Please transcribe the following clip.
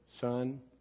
son